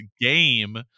game